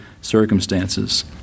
circumstances